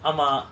ஆமா:aama